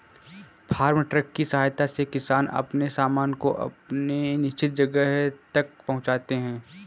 farm truck की सहायता से किसान अपने सामान को अपने निश्चित जगह तक पहुंचाते हैं